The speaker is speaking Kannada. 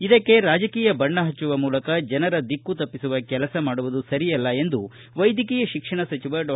ಇದಕ್ಕೆ ರಾಜಕೀಯ ಬಣ್ಣ ಹಚ್ಚುವ ಮೂಲಕ ಜನರ ದಿಕ್ಕು ತಪ್ಪಿಸುವ ಕೆಲಸ ಮಾಡುವುದು ಸರಿಯಲ್ಲ ಎಂದು ವೈದ್ಯಕೀಯ ಶಿಕ್ಷಣ ಸಚಿವ ಡಾ